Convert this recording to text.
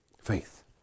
Faith